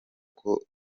koko